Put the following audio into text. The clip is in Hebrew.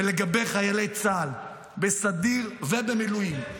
ולגבי חיילי צה"ל בסדיר ובמילואים,